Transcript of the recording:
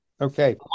Okay